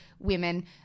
women